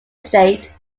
state